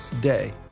day